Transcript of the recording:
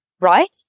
right